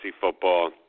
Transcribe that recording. football